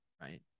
right